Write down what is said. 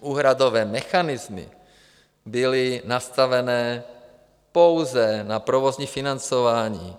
Úhradové mechanismy byly nastavené pouze na provozní financování.